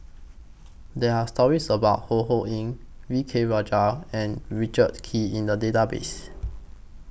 There Are stories about Ho Ho Ying V K Rajah and Richard Kee in The Database